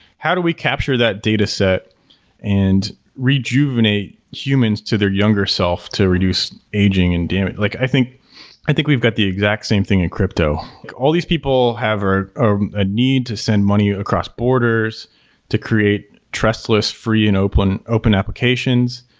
how do we capture that data set and rejuvenate humans to their younger self to reduce aging? and like i think i think we've got the exact same thing in crypto all these people have a ah ah need to send money across borders to create trustless, free and open open applications.